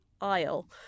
aisle